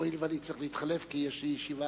הואיל ואני צריך להתחלף כי יש לי ישיבה,